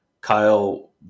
Kyle